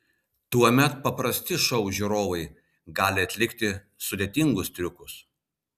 tuomet paprasti šou žiūrovai gali atlikti sudėtingus triukus